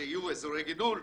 יהיו אזורי גידול,